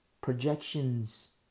projections